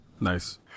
Nice